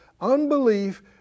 Unbelief